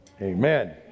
Amen